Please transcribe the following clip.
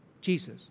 Jesus